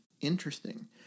interesting